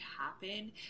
happen